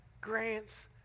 grants